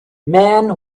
man